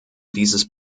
dieses